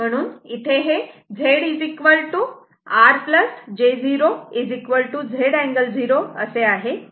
म्हणून इथे हे Z R j 0 Z angle 0 असे आहे